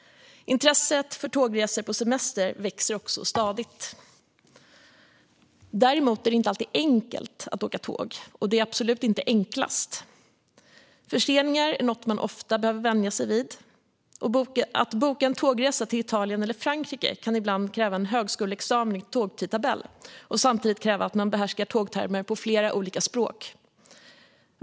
Intresset för tågresor på semestern växer också stadigt. Däremot är det inte alltid enkelt att åka tåg, och det är absolut inte enklast. Förseningar är ofta något man behöver vänja sig vid. Att boka en tågresa till Italien eller Frankrike kan ibland kräva en högskoleexamen i tågtidtabell och samtidigt kräva att man behärskar tågtermer på flera olika språk.